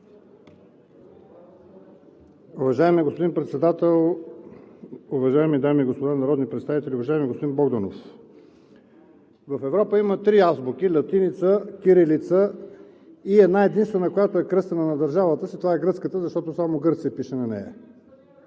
Уважаеми господин Председател, уважаеми дами и господа народни представители! Уважаеми господин Богданов, в Европа има три азбуки – латиница, кирилица и една единствена, която е кръстена на държавата си, това е гръцката, защото само Гърция пише на нея.